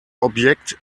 objekt